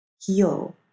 heal